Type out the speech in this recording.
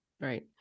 right